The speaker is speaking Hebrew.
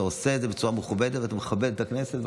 אתה עושה את זה בצורה מכובדת ואתה מכבד את הכנסת.